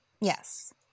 yes